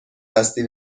دستی